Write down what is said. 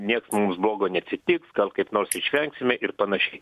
nieks mums blogo neatsitiks gal kaip nors išvengsime ir panašiai